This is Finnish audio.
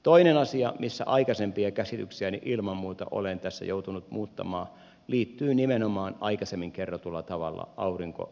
toinen asia missä aikaisempia käsityksiäni ilman muuta olen tässä joutunut muuttamaan liittyy nimenomaan aikaisemmin kerrotulla tavalla aurinkosähköön